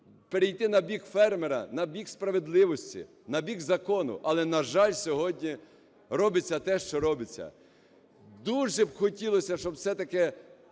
перейти на бік фермера, на бік справедливості, на бік закону. Але, на жаль, сьогодні робиться те, що робиться. Дуже хотілося б, щоб все-таки